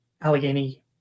Allegheny